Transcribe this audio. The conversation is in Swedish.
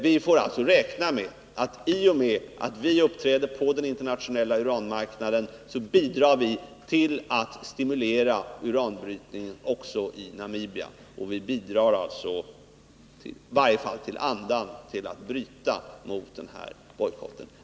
Vi får alltså räkna med att i och med att Sverige uppträder på den internationella uranmarknaden bidrar vi till att stimulera uranbrytningen också i Namibia och underblåser på det sättet i varje fall den anda som innebär att man skall bryta mot den bojkotten.